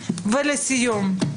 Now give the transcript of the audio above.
ולסיום,